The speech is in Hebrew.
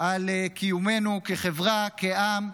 על קיומנו כחברה, כעם,